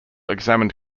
examined